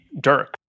Dirk